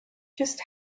just